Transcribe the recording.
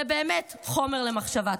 זה באמת חומר למחשבה.